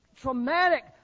traumatic